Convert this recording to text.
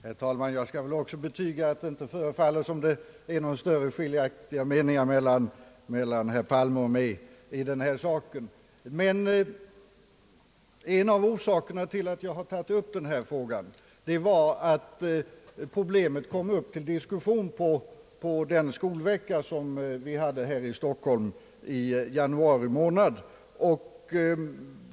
Herr talman! Jag kan väl också betyga att det inte förefaller finnas några större meningsskiljaktigheter mellan herr Palme och mig i denna sak. En av orsakerna till att jag tagit upp denna fråga var att problemet kom upp till diskussion på den Skolvecka som vi hade här i Stockholm i januari månad.